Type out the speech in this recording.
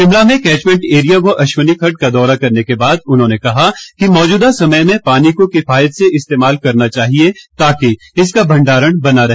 शिमला में catchment area व अश्वनी खड्ड का दौरा करने के बाद उन्होंने कहा कि मौजूदा समय में पानी को किफायत से इस्तेमाल करना चाहिए ताकि इसका भंडारण बना रहे